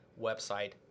Website